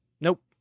Nope